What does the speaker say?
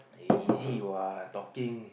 eh easy what talking